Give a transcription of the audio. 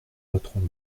voterons